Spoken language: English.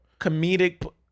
Comedic